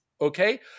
okay